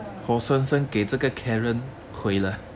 err